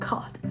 God